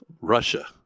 Russia